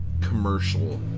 commercial